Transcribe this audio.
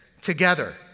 together